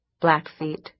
Blackfeet